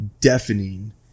deafening